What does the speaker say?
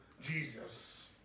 Jesus